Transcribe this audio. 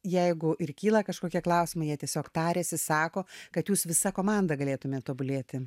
jeigu ir kyla kažkokie klausimai jie tiesiog tariasi sako kad jūs visa komanda galėtumėt tobulėti